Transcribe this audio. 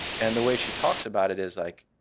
and the way she talks about it is like,